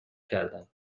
کردم